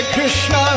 Krishna